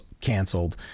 canceled